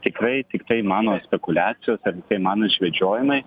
tikrai tiktai mano spekuliacijos ar tiktai mano išvedžiojimai